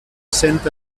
sent